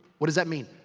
what does that mean?